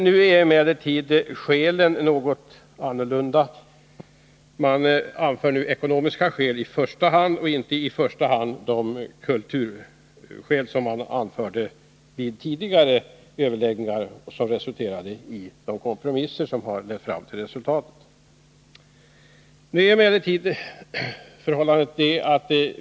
De skäl som anförs mot reformen är emellertid nu något andra än tidigare. Man anför nu i första hand ekonomiska skäl. I tidigare överläggningar, som resulterade i kompromisser, anförde man i första hand kulturskäl.